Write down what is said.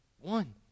One